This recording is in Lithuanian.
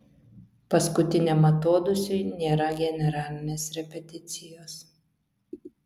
paskutiniam atodūsiui nėra generalinės repeticijos